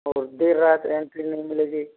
और देर रात एंट्री नहीं मिलेगी